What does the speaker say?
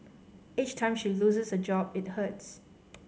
each time she loses a job it hurts